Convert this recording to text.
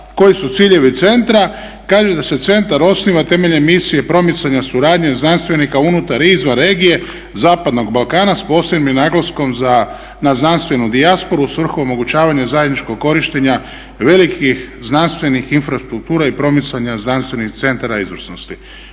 koji su ciljevi centra, kaže da se centar osniva temeljem misije promicanja suradnje znanstvenika unutar i izvan regije zapadnog Balkana s posebnim naglaskom na znanstvenu dijasporu u svrhu omogućavanja zajedničkog korištenja velikih znanstvenih infrastruktura i promicanja znanstvenih centara izvrsnosti.